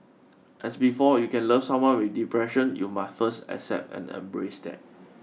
and before you can love someone with depression you must first accept and embrace that